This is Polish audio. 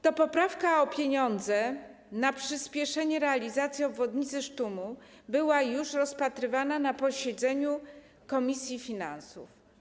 Ta poprawka dotycząca pieniędzy na przyspieszenie realizacji obwodnicy Sztumu była już rozpatrywana na posiedzeniu komisji finansów.